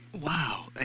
Wow